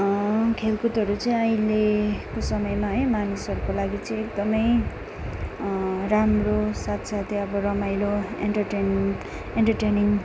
खेलकुदहरू चाहिँ अहिलेको समयमा है मानिसहरूको लागि चाहिँ एकदमै राम्रो साथसाथै अब रमाइलो एन्टरटेन एन्टरटेनिङ